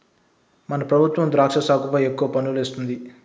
మన ప్రభుత్వం ద్రాక్ష సాగుపై ఎక్కువ పన్నులు వేస్తుంది